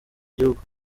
gihugu